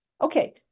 Okay